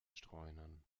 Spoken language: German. streunern